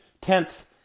Tenth